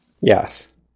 yes